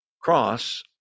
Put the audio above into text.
cross